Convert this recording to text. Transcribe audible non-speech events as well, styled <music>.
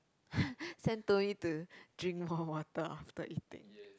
<breath> sam told me to drink more water after eating